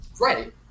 right